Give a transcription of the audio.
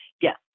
Yes